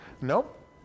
Nope